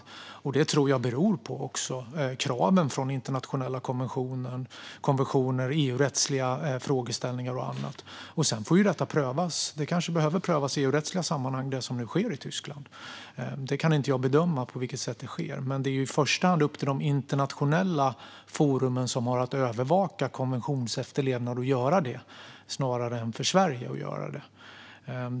Att man har gjort det tror jag också beror på kraven från internationella konventioner, EU-rättsliga frågeställningar och annat. Sedan får detta prövas. Det som nu sker i Tyskland behöver kanske prövas i EU-rättsliga sammanhang. Jag kan inte bedöma på vilket sätt det sker. Men det är i första hand upp till de internationella forum som har att övervaka konventionsefterlevnaden att göra det än att Sverige ska göra det.